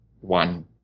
one